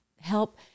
Help